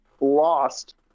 lost